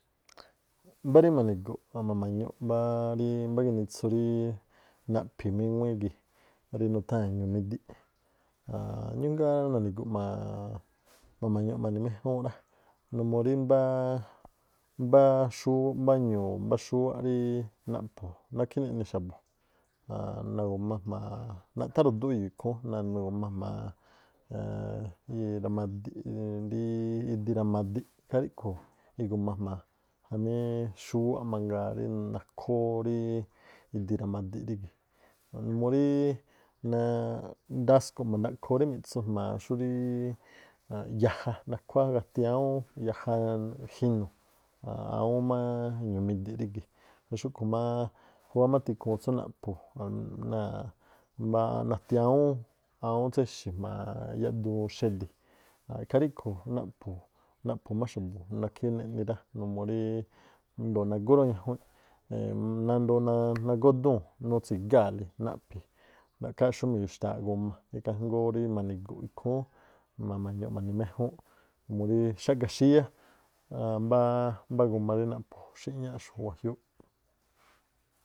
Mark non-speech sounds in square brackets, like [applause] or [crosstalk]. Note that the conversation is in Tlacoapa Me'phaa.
Mbáá rí ma̱ni̱gu̱ꞌ ma̱ma̱ñuꞌ mbá ríí ginitsu rí naꞌphi̱ míŋuíí gii̱ rí nutháa̱n ñu̱midi̱ꞌ. Aan ñújgáá na̱ni̱gu̱ꞌ aan ma̱ma̱ñuꞌ mani̱ méjúúnꞌ rá, numuu rií mbáá xúú, mbá ñu̱u̱ mbá ñu̱u̱ rí naꞌphu̱ nákhí ne̱ꞌni xa̱bu̱ aan nagu̱ma jma̱a naꞌthá ru̱dúꞌ eyoo ikhúún nagu̱ma jma̱a [hesitation] ramadiꞌ idiramadiꞌ ikhaa ríꞌkhu̱ iguma jma̱a jamí xúwáꞌ mangaa rí nakhóó ríí idiramadiꞌ rígi̱, numuu ríí ndasko̱ꞌ ma̱ndaꞌkhoo rí mi̱tsu jma̱a xuríí yaja nakuáá gati awúún yaja jinu̱ awúún má ñu̱midi̱ꞌ rígi̱. Ngaa̱ xúꞌkhu̱ máá khúwá má tikhuun tsú naꞌphu aan náa̱ [unintelligible] nati awúún, awúún tséxi̱ jma̱a yaꞌduun xe̱di̱, ikhaa ríkhu̱ naꞌphu̱ má xa̱bu̱ nákhí neꞌni rá. Numuu ríí ndo̱o nagúrañajuinꞌ [hesitation] nandoo nagódúu̱n nutsi̱gaa̱le naꞌphi̱, ra̱ꞌkhááꞌ xú mi̱yuxtaaꞌ guma. Ikhaa ngóó rí mani̱gu̱ꞌ ikhúún ma̱ma̱ñuꞌ ma̱ni̱ méjúnꞌ murí xáꞌgaxíyá aan mbáá mbá guma rí naꞌphu̱ xi̱ñáꞌxu̱ wajiúúꞌ.